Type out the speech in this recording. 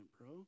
bro